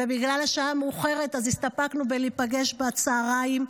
ובגלל השעה המאוחרת הסתפקנו בלהיפגש בצוהריים,